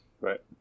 Right